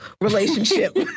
relationship